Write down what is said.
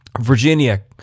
Virginia